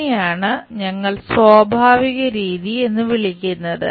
ഇതിനെയാണ് നമ്മൾ സ്വാഭാവിക രീതി എന്ന് വിളിക്കുന്നത്